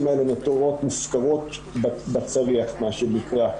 האלה נותרות מופקרות בצריח מה שנקרא.